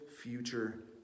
future